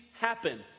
happen